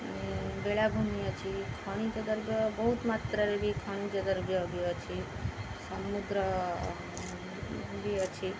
ବେଳାଭୂମି ଅଛି ଖଣିଜ ଦ୍ରବ୍ୟ ବହୁତ ମାତ୍ରାରେ ବି ଖଣିଜଦ୍ରବ୍ୟ ବି ଅଛି ସମୁଦ୍ର ବି ଅଛି